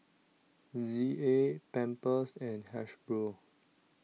Z A Pampers and Hasbro